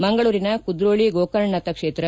ಮಂಗಳೂರಿನ ಕುದ್ರೋಳಿ ಗೋಕರ್ಣನಾಥ ಕ್ಷೇತ್ರ